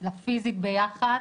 אנחנו פיזית ביחד